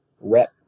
rep